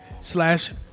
slash